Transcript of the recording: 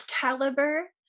caliber